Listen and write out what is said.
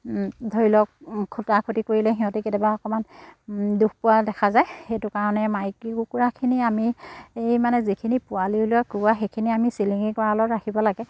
ধৰি লওক খুটা খুটি কৰিলে সিহঁতি কেতিয়াবা অকণমান দুখ পোৱা দেখা যায় সেইটো কাৰণে মাইকী কুকুৰাখিনি আমি এই মানে যিখিনি পোৱালি উলিওৱা কুকুৰা সেইখিনি আমি চিলিঙি গঁৰালত ৰাখিব লাগে